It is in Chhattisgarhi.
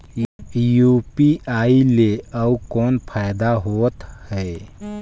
यू.पी.आई ले अउ कौन फायदा होथ है?